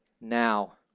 now